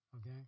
okay